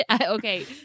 Okay